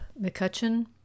McCutcheon